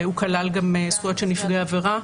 והוא כלל גם זכויות של נפגעי עבירה,